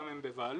כמה הם בבעלות